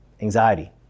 anxiety